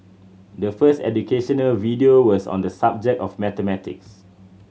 the first educational video was on the subject of mathematics